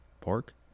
Pork